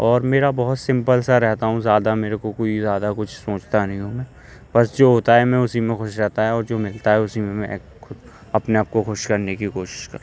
اور میرا بہت سمپل سا رہتا ہوں زیادہ میرے کو کوئی زیادہ کچھ سوچتا نہیں ہوں میں بس جو ہوتا ہے میں اسی میں خوش رہتا ہے اور جو ملتا ہے اسی میں اپنے آپ کو خوش کرنے کی کوشش کرتا ہوں